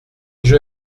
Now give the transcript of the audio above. jeu